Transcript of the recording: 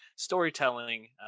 storytelling